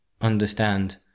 understand